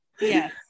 Yes